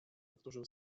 powtórzył